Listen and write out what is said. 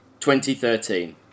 2013